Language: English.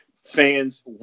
Fans